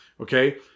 Okay